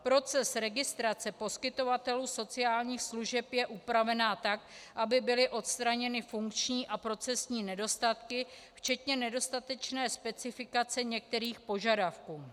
Proces registrace poskytovatelů sociálních služeb je upraven tak, aby byly odstraněny funkční a procesní nedostatky včetně nedostatečné specifikace některých požadavků.